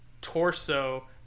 torso